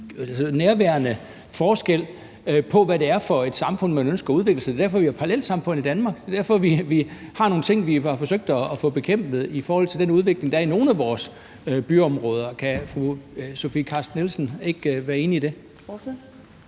nærværende forskel på, hvad det er for et samfund, man ønsker at udvikle, og det er derfor, vi har parallelsamfund i Danmark. Det er derfor, vi har nogle ting, vi har forsøgt at få bekæmpet i forhold til den udvikling, der er i nogle af vores byområder. Kan fru Sofie Carsten Nielsen ikke være enig i det?